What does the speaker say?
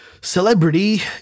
Celebrity